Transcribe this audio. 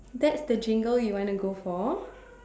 that's the kingle you want to go for